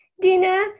Dina